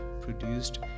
produced